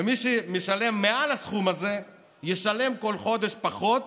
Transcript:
ומי שמשלם מעל הסכום הזה ישלם בכל חודש פחות